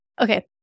Okay